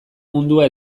mundua